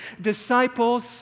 disciples